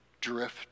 drift